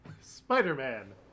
spider-man